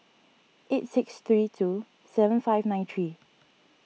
eight six three two seven five nine three